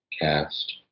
cast